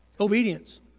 obedience